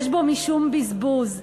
יש בו משום בזבוז.